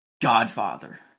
godfather